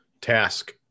task